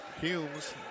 Humes